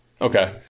Okay